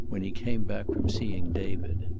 when he came back from seeing david.